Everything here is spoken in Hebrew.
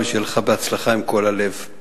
שיהיה לך בהצלחה, עם כל הלב.